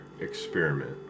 experiment